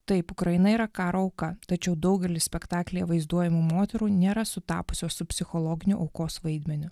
taip ukraina yra karo auka tačiau daugelis spektaklyje vaizduojamų moterų nėra sutapusios su psichologiniu aukos vaidmeniu